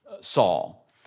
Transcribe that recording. Saul